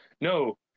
no